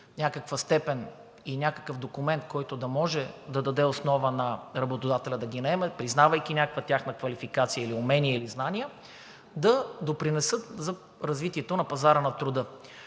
някаква степен и някакъв документ, който да може да даде основа на работодателя да ги наема, признавайки някаква тяхна квалификация или умения, или знания да допринесат за развитието на пазара на труда,